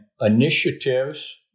initiatives